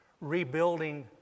rebuilding